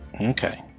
Okay